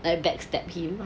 like backstabbed him